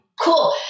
Cool